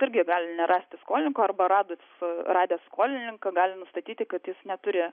irgi gali nerasti skolininko arba radus radęs skolininką gali nustatyti kad jis neturi